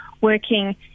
working